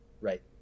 right